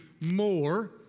more